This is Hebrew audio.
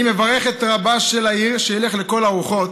מברך את רבה של העיר שילך לכל הרוחות